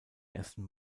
ersten